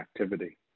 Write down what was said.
activity